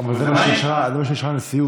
אבל זה מה שאישרה הנשיאות.